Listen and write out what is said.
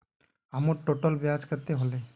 हमर टोटल ब्याज कते होले?